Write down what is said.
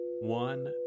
one